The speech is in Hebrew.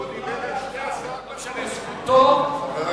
הוא דיבר על שתי הצעות החוק, לא משנה.